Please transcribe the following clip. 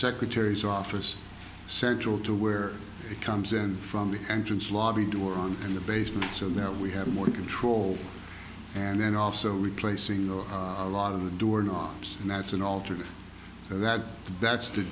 secretary's office central to where it comes in from the entrance lobby door on in the basement so that we have more control and then also replacing the lot of the doorknobs and that's an alternate that that's t